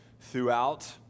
throughout